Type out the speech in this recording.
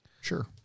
Sure